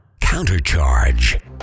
CounterCharge